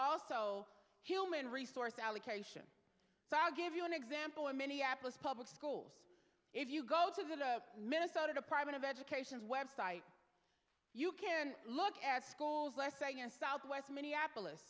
also human resource allocation so i'll give you an example in minneapolis public schools if you go to the minnesota department of education's website you can look at schools they're saying in southwest minneapolis